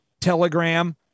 Telegram